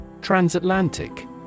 Transatlantic